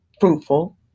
fruitful